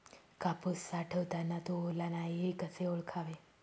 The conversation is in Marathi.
कापूस साठवताना तो ओला नाही हे कसे ओळखावे?